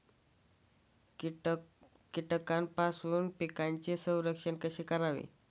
कीटकांपासून पिकांचे संरक्षण कसे करावे?